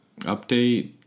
Update